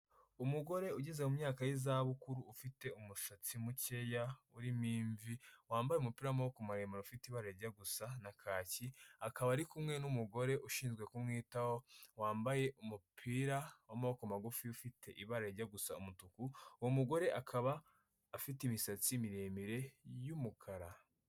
Umugore ugeze mu myaka y'izabukuru ufite umusatsi mukeya urimo imvi, wambaye umupira w'amaboko maremare ufite ibara rijya gusa na kaki, akaba ari kumwe n'umugore ushinzwe kumwitaho, wambaye umupira w'amaboko magufi ufite ibara rijya gusa umutuku, uwo mugore akaba afite imisatsi miremire y'umukara.